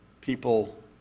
people